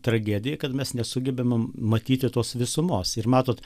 tragedija kad mes nesugebam matyti tos visumos ir matot